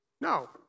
No